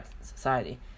society